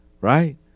right